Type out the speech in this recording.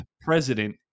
president